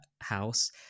house